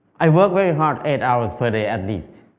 i worked very hard, eight hours per day at least,